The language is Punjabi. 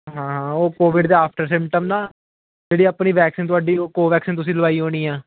ਹਾਂ ਹਾਂ ਉਹ ਕੋਵਿਡ ਦਾ ਆਫਟਰ ਸਿਮਟਮ ਨਾ ਜਿਹੜੀ ਆਪਣੀ ਵੈਕਸੀਨ ਤੁਹਾਡੀ ਕੋਵੈਕਸੀਨ ਤੁਸੀਂ ਲਵਾਈ ਹੋਣੀ ਆ